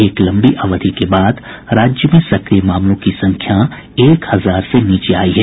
एक लंबी अवधि के बाद राज्य में सक्रिय मामलों की संख्या एक हजार से नीचे आयी है